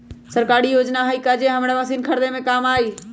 सरकारी योजना हई का कोइ जे से हमरा मशीन खरीदे में काम आई?